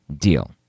deal